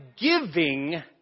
giving